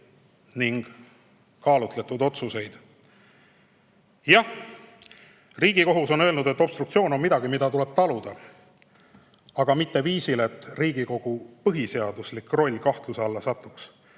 ja kaalutletud otsuseid. Jah, Riigikohus on öelnud, et obstruktsioon on midagi, mida tuleb taluda, aga mitte viisil, mille puhul Riigikogu põhiseaduslik roll kahtluse alla satub.